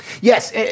Yes